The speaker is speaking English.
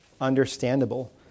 understandable